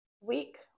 week